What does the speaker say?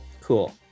Cool